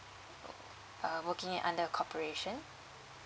uh err working in under a corporation